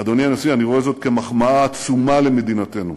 אדוני הנשיא, אני רואה זאת כמחמאה עצומה למדינתנו.